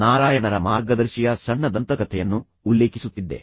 ನಾರಾಯಣರ ಮಾರ್ಗದರ್ಶಿಯ ಸಣ್ಣ ದಂತಕಥೆಯನ್ನು ಉಲ್ಲೇಖಿಸುತ್ತಿದ್ದೆ